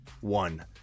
one